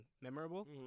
memorable